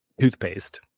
toothpaste